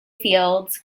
fields